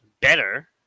better